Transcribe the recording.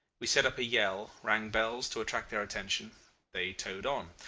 we set up a yell rang bells to attract their attention they towed on.